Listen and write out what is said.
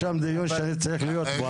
יש שם דיון שאני צריך להיות בו.